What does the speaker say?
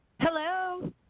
Hello